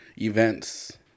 events